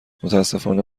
متاسفانه